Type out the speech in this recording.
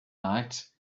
night